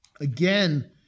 again